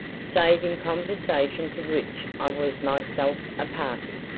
save in conversation to which i was myself a party.